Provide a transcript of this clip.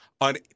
on